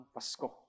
Pasko